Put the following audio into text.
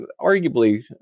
arguably